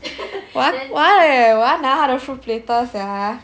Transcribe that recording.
我要拿他的 fruit platter sia